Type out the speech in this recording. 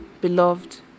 beloved